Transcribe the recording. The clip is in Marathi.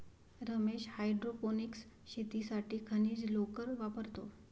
रमेश हायड्रोपोनिक्स शेतीसाठी खनिज लोकर वापरतो